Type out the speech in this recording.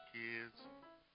kids